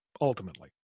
ultimately